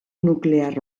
nuklear